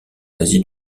asie